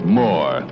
more